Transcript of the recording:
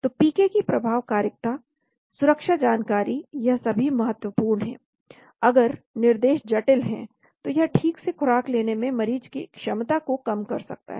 तो पीके की प्रभावकारिता सुरक्षा जानकारी यह सभी महत्वपूर्ण है अगर निर्देश जटिल हैं तो यह ठीक से खुराक लेने में मरीज की क्षमता को कम कर सकता है